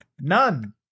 None